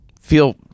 feel